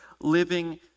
living